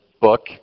book